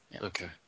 Okay